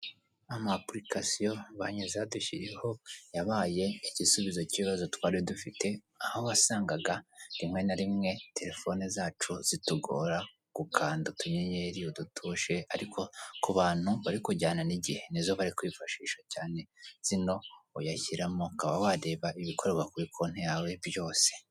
Amapurikasiyo banki zadushyiriyeho yabaye igisubizo cy'ibibazo twari dufite aho wasangaga rimwe na rimwe telefone zacu zitugora gukanda utuyenyeri, udutushe ariko ku bantu bari kujyana n'igihe, ni zo bari kwifashisha cyane zino uyashyiramo ukaba wareba ibikorerwa kuri konti yawe byose.